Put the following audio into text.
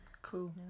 cool